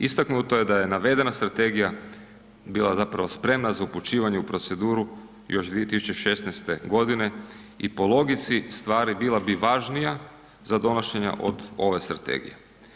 Istaknuto je da je navedena strategija bila zapravo spremna za upućivanje u proceduru još 2016.g. i po logici stvari bila bi važnija za donošenje od ove strategije.